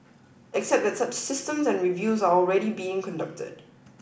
except that such systems and reviews are already being conducted